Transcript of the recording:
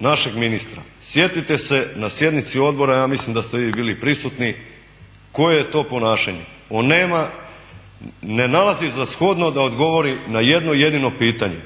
našeg ministra, sjetite se na sjednici Odbora, ja mislim da ste vi bili prisutni koje je to ponašanje. On nema, ne nalazi za shodno da odgovori na jedno jedino pitanje.